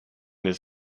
his